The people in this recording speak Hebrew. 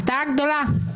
הפתעה גדולה.